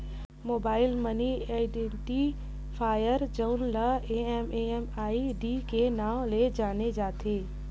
mobile money identifier जउन ल MMID के नांव ले जाने जाथे